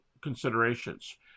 considerations